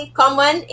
common